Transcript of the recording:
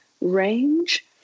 range